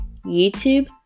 YouTube